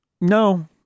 No